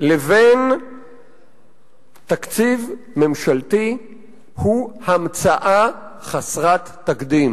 לבין תקציב ממשלתי הוא המצאה חסרת תקדים.